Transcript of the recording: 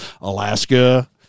Alaska